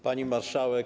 Pani Marszałek!